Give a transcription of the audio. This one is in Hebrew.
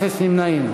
אפס נמנעים.